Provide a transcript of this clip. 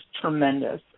tremendous